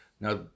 Now